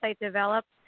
developed